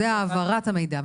זה העברת המידע.